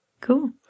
Cool